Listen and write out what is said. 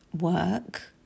work